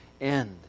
end